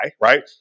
right